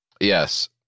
Yes